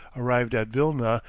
arrived at vilna,